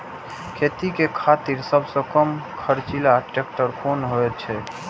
खेती के खातिर सबसे कम खर्चीला ट्रेक्टर कोन होई छै?